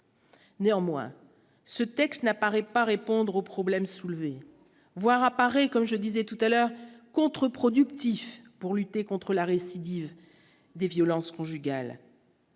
néanmoins, ce texte n'apparaît pas répondre aux problèmes soulevés voire apparaît comme je disais tout à l'heure contreproductif pour lutter contre la récidive des violences conjugales.